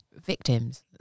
victims